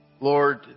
Lord